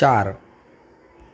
ચાર